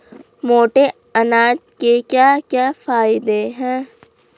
मोटे अनाज के क्या क्या फायदे हैं?